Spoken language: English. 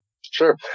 Sure